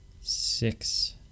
six